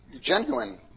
genuine